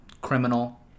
criminal